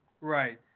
Right